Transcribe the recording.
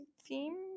theme